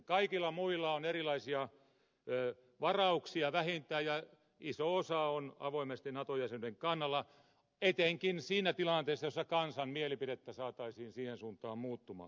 kaikilla muilla on erilaisia varauksia vähintään ja iso osa on avoimesti nato jäsenyyden kannalta etenkin siinä tilanteessa jossa kansan mielipidettä saataisiin siihen suuntaan muuttumaan